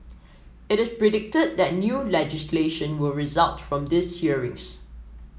it is predicted that new legislation will result from these hearings